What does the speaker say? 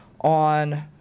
on